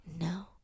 no